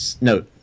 No